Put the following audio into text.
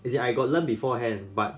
as in I got learn beforehand but